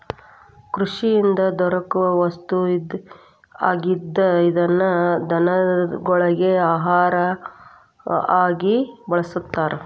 ಕೃಷಿಯಿಂದ ದೊರಕು ವಸ್ತು ಆಗಿದ್ದ ಇದನ್ನ ದನಗೊಳಗಿ ಆಹಾರಾ ಆಗಿ ಬಳಸ್ತಾರ